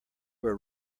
were